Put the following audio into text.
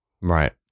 Right